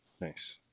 nice